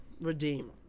redeem